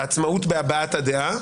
העצמאות בהבעת הדעה,